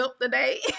today